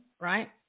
right